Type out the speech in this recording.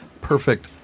perfect